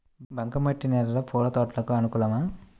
బంక మట్టి నేలలో పూల తోటలకు అనుకూలమా?